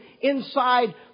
inside